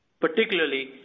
particularly